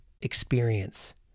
experience